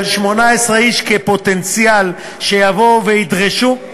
של 18 איש כפוטנציאל שיבואו וידרשו,